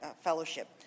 fellowship